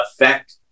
affect